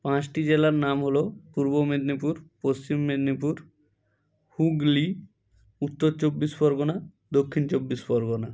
পাঁচটি জেলার নাম হলো পূর্ব মেদিনীপুর পশ্চিম মেদিনীপুর হুগলি উত্তর চব্বিশ পরগনা দক্ষিণ চব্বিশ পরগনা